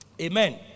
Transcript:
Amen